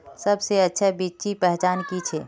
सबसे अच्छा बिच्ची पहचान की छे?